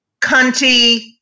cunty